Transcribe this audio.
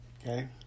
Okay